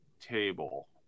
table